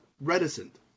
reticent